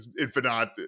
Infinite